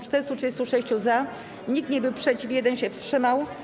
436 - za, nikt nie był przeciw, 1 się wstrzymał.